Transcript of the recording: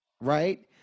right